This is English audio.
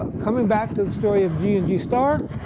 ah coming back to the story of g and g star,